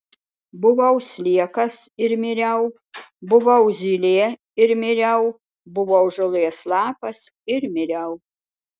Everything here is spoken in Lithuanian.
buvau sliekas ir miriau buvau zylė ir miriau buvau žolės lapas ir miriau